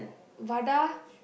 வாடா:vaadaa